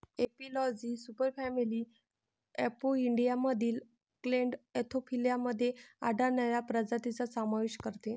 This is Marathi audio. एपिलॉजी सुपरफॅमिली अपोइडियामधील क्लेड अँथोफिला मध्ये आढळणाऱ्या प्रजातींचा समावेश करते